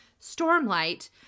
stormlight